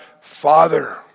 Father